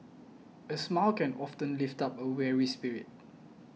a smile can often lift up a weary spirit